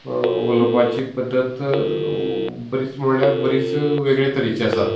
उलोवपाची पद्दत बरीच म्हणल्यार बरीच वेगळी तरेची आसा